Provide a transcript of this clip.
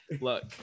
Look